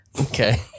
Okay